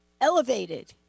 elevated